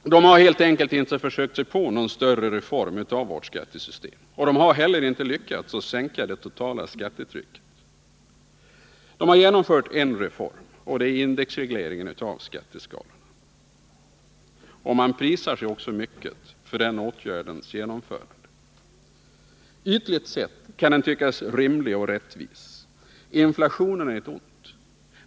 De har helt enkelt inte försökt sig på några större reformer av vårt skattesystem. Inte heller har man lyckats sänka det totala skattetrycket. En reform har man dock genomfört. Det är indexregleringen av våra skatteskalor. Man prisar sig också för denna åtgärds genomförande. Ytligt sett kan denna reform tyckas rimlig och rättvis. Inflationen är ett ont.